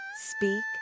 Speak